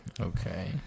okay